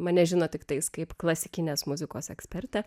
mane žino tiktais kaip klasikinės muzikos ekspertę